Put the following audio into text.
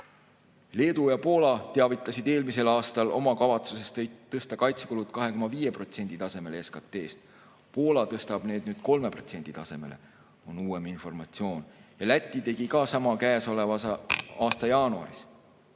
Leedu ja Poola teavitasid eelmisel aastal oma kavatsusest tõsta kaitsekulud tasemele 2,5% SKT‑st. Poola tõstab need nüüd 3% tasemele, see on uuem informatsioon, ja Läti tegi sama käesoleva aasta jaanuaris.